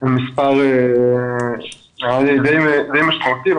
זה מספר שנראה לי מאוד משמעותי.